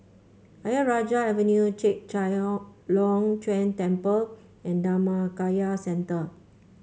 Ayer Rajah Avenue Chek Chai Ong Long Chuen Temple and Dhammakaya Centre